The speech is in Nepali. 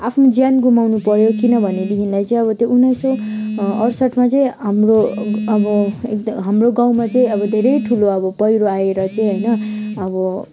आफ्नो ज्यान गुमाउनु पऱ्यो किनभने देखिलाई चाहिँ अब त्यो उन्नाइस सौ अठसठीमा चाहिँ हाम्रो अब हाम्रो गाउँमा चाहिँ अब धेरै ठुलो अब पहिरो आएर चाहिँ होइन अब